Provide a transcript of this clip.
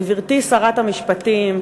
גברתי שרת המשפטים,